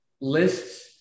lists